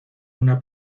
una